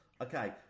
Okay